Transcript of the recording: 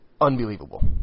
Unbelievable